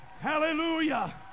Hallelujah